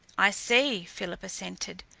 i see, philip assented.